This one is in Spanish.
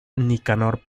nicanor